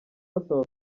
babaza